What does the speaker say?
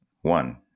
One